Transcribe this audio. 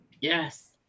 Yes